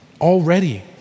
already